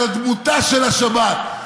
של דמותה של השבת,